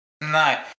No